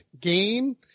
game